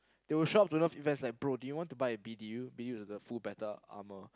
they will shop to Nerf events like bro do you want to buy a B_D_U B_D_U is the full battle armour